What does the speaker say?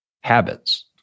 habits